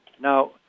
Now